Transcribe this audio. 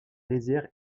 rizières